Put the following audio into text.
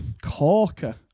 corker